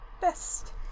best